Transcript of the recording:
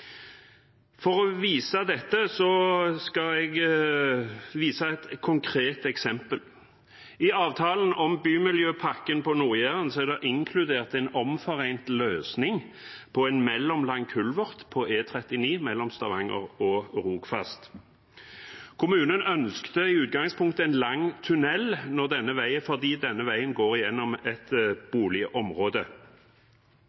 For å vise dette viser jeg til et konkret eksempel. I avtalen om Bymiljøpakken for Nord-Jæren er det inkludert en omforent løsning med en mellomlang kulvert på E39 mellom Stavanger og Rofast. Kommunen ønsket i utgangspunktet en lang tunnel fordi denne veien går gjennom et boligområde, men Vegvesenet ønsket en kort kulvert forbi en skole. Derfor ble det et